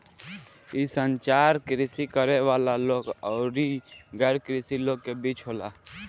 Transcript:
इ संचार कृषि करे वाला लोग अउरी गैर कृषि लोग के बीच होला